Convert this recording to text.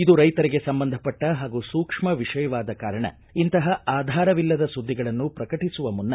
ಇದು ರೈತರಿಗೆ ಸಂಬಂಧಪಟ್ಟ ಹಾಗೂ ಸೂಕ್ಷ್ಮ ವಿಷಯವಾದ ಕಾರಣ ಇಂತಹ ಆಧಾರವಿಲ್ಲದ ಸುದ್ದಿಗಳನ್ನು ಶ್ರಕಟಿಸುವ ಮುನ್ನ